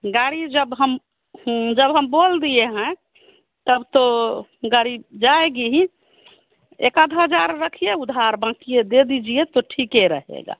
गाड़ी जब हम जब हम बोल दिए हैं तब तो गाड़ी जाएगी ही एक आध हज़ार रखिए उधार बाक़ी दे दीजिए तो ठीक रहेगा